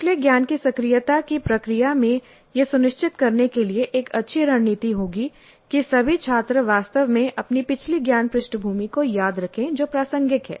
पिछले ज्ञान की सक्रियता की प्रक्रिया में यह सुनिश्चित करने के लिए एक अच्छी रणनीति होगी कि सभी छात्र वास्तव में अपनी पिछली ज्ञान पृष्ठभूमि को याद रखें जो प्रासंगिक है